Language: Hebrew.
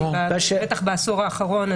בטח בעשור האחרון,